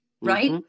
right